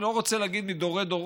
אני לא רוצה להגיד מדורי-דורות,